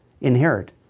inherit